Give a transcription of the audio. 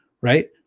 right